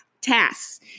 tasks